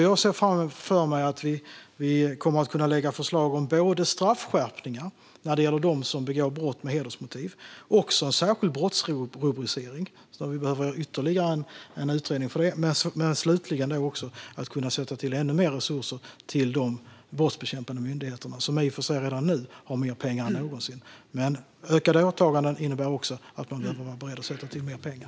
Jag ser framför mig att vi kommer att kunna lägga fram förslag både om straffskärpningar när det gäller de som begår brott med hedersmotiv och om särskild brottsrubricering, som vi behöver ytterligare en utredning om, och slutligen också ge ännu mer resurser till de brottsbekämpande myndigheterna, som i och för sig har mer pengar än någonsin redan nu. Ökade åtaganden innebär att man också behöver vara beredd att satsa mer pengar.